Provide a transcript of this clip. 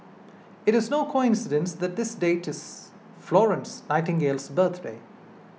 it is no coincidence that this date is Florence Nightingale's birthday